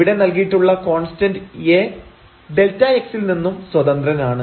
ഇവിടെ നൽകിയിട്ടുള്ള constant A Δx ൽ നിന്നും സ്വതന്ത്രനാണ്